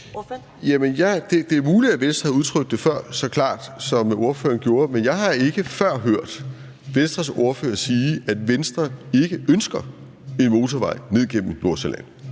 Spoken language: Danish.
Det er muligt, at Venstre før har udtrykt det så klart, som ordføreren gjorde. Men jeg har ikke før hørt Venstres ordfører sige, at Venstre ikke ønsker en motorvej ned gennem Nordsjælland.